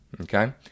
Okay